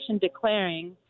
declaring